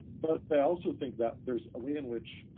but i also think that there's a way in which,